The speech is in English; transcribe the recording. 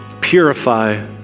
purify